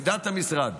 עמדת המשרד